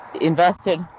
invested